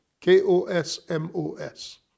K-O-S-M-O-S